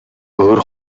өвөр